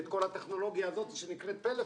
ואת כל הטכנולוגיה הזאת שנקראת פלאפון,